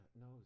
no